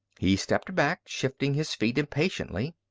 he stepped back, shifting his feet impatiently.